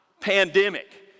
pandemic